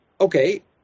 okay